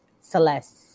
Celeste